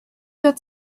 that